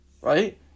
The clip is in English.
right